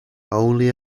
only